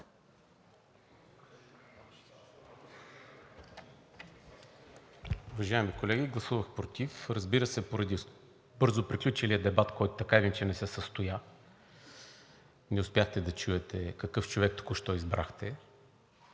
Уважаеми колеги, гласувах против, разбира се, поради бързо приключилия дебат, който така или иначе не се състоя – не успяхте да чуете какъв човек току-що избрахте.